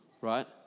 right